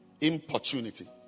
Importunity